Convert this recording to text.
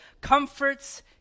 comforts